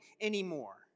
anymore